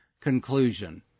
Conclusion